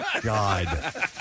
God